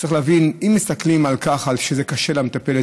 צריך להבין: אם מסתכלים על כך שקשה למטפלת,